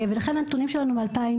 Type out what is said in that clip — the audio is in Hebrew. לכן, הנתונים שלנו מ-2020.